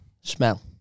Smell